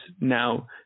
now